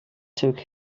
took